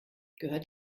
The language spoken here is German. gehört